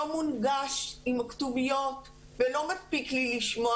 מונגש עם הכתוביות ולא מספיק לי לשמוע